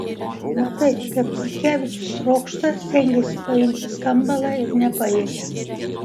matai kaip chodkevičius trokšta stengiasi paimti skambalą ir nepajėgia